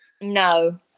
No